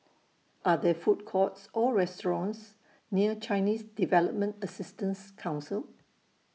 Are There Food Courts Or restaurants near Chinese Development Assistance Council